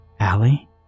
Allie